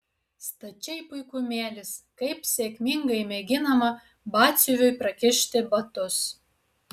stačiai puikumėlis kaip sėkmingai mėginama batsiuviui prakišti batus